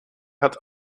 hat